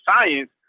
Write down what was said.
science